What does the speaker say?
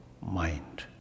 mind